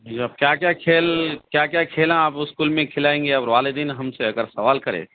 جی آپ کیا کیا کھیل کیا کیا کھیل آپ اسکول میں کھلائیں گے اب والدین ہم سے اگر سوال کرے